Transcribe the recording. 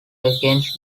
against